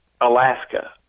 Alaska